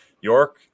York